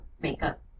makeup